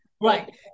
right